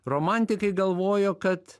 romantikai galvojo kad